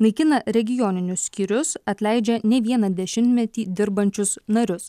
naikina regioninius skyrius atleidžia ne vieną dešimtmetį dirbančius narius